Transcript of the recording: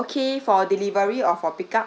okay for delivery or for pick up